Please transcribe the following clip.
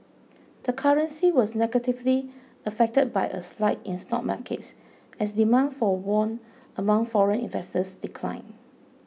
the currency was negatively affected by a slide in stock markets as demand for won among foreign investors declined